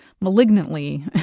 malignantly